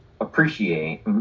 appreciate